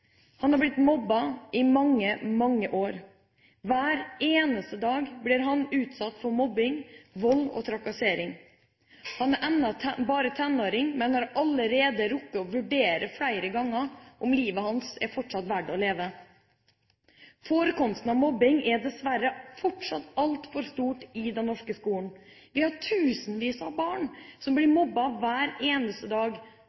Han har blitt mobbet i mange, mange år. Hver eneste dag blir han utsatt for mobbing, vold og trakassering. Han er ennå bare tenåring, men har allerede rukket å vurdere flere ganger om livet hans fortsatt er verdt å leve. Forekomsten av mobbing er dessverre fortsatt altfor stor i den norske skolen. Vi har tusenvis av barn som blir mobbet hver eneste dag,